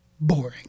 boring